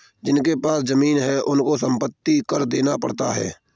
जिनके पास जमीने हैं उनको संपत्ति कर देना पड़ता है